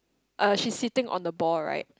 uh she's sitting on the ball right